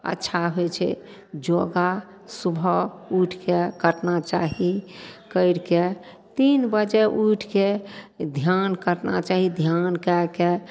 अच्छा होइ छै योगा सुबह उठिके करना चाही करिके तीन बजे उठिके ध्यान करना चाही ध्यान कएके